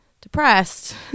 depressed